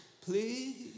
please